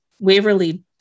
Waverly